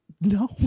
No